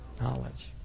knowledge